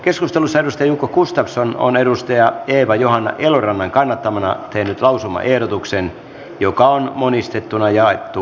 keskustelussa on jukka gustafsson eeva johanna elorannan kannattamana tehnyt lausumaehdotuksen joka on monistettuna jaettu